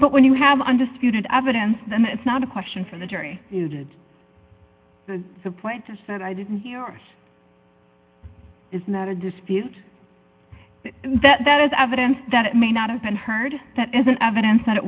but when you have undisputed evidence then it's not a question for the jury did the point is that i didn't hear this is not a dispute that that is evidence that it may not have been heard that isn't evidence that it